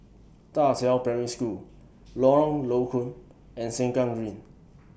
DA Qiao Primary School Lorong Low Koon and Sengkang Green